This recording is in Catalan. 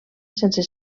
sense